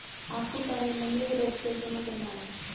आपको कार्यालय में एक रद्द चेक जमा करना होगा